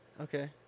okay